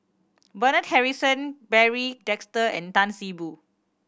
Bernard Harrison Barry Desker and Tan See Boo